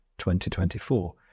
2024